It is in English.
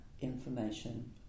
information